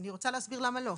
אני רוצה להסביר למה לא.